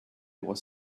was